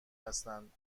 هستند